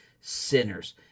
sinners